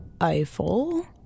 Eiffel